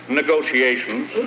negotiations